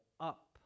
up